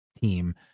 team